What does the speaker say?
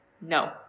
no